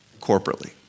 corporately